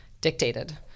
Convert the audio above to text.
dictated